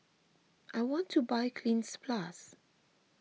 I want to buy Cleanz Plus